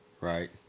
right